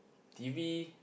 T_V